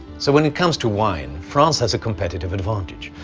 so when it comes to wine, france has a competitive advantage.